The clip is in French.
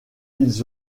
ils